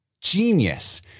genius